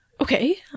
Okay